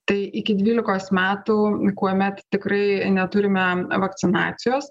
tai iki dvylikos metų kuomet tikrai neturime vakcinacijos